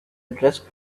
address